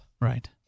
Right